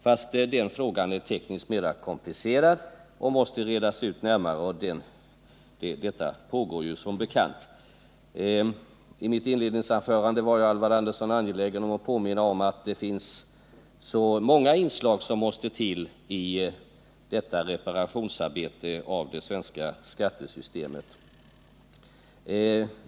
Den frågan är emellertid tekniskt mer komplicerad och måste redas ut närmare, ett arbete som ju pågår. Alvar Andersson var angelägen om att påminna om allt som måste göras i detta reparationsarbete när det gäller det svenska skattesystemet.